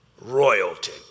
Royalty